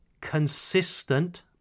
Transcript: consistent